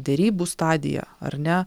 derybų stadija ar ne